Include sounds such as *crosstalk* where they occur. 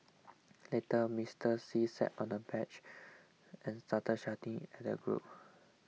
*noise* later Mister See sat on a bench and started shouting at the group